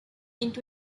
into